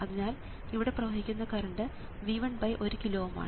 അതിനാൽ ഇവിടെ പ്രവഹിക്കുന്ന കറണ്ട് V11 കിലോ Ω ആണ്